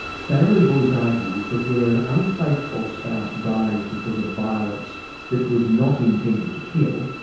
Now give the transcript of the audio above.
family voice argues that where an unfaithful spouse dies because of violence that was not intended to kill,